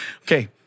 Okay